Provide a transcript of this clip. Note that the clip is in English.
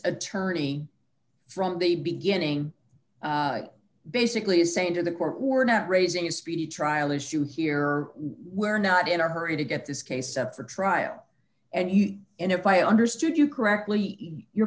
attorney from the beginning basically is saying to the court we're not raising a speedy trial issue here we're not in a hurry to get this case set for trial and you and if i understood you correctly your